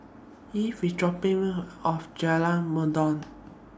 Ivie IS dropping Me off At Jalan Mendong